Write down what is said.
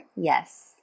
Yes